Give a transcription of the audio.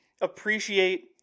appreciate